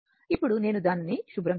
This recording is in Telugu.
ఇప్పుడు నేను దానిని శుభ్రం చేస్తాను